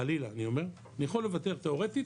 חלילה, אני אומר, אני יכול לוותר תיאורטית